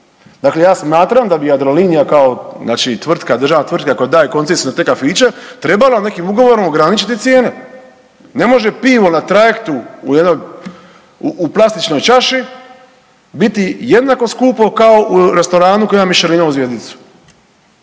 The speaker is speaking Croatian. Dakle, ja smatram da bi Jadrolinija kao znači tvrtka, državna tvrtka koja daje koncesiju na te kafiće trebala nekim ugovorom ograničiti cijene. Ne može pivo na trajektu u jednoj, u plastičnoj čaši biti jednako skupo kao u restoranu koji ima Michelinovu zvjezdicu.